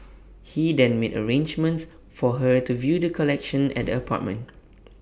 he then made arrangements for her to view the collection at the apartment